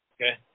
Okay